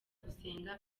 gusenga